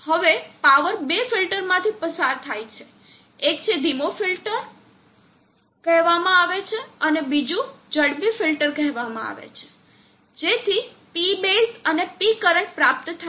હવે પાવર બે ફિલ્ટરમાંથી પસાર થાય છે એકને ધીમો ફિલ્ટર કહેવામાં આવે છે અને બીજું ઝડપી ફિલ્ટર કહેવામાં આવે છે જેથી P બેઝ અને P કરંટ પ્રાપ્ત થાય છે